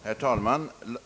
Herr talman!